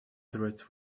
turrets